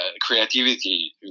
creativity